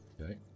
Okay